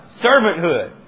Servanthood